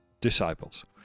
disciples